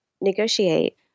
negotiate